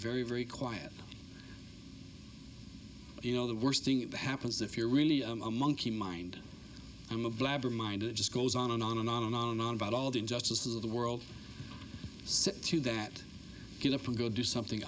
very very quiet you know the worst thing happens if you're really a monkey mind i'm a blabber mind it just goes on and on and on and on and on about all the injustices of the world sit through that get up from go do something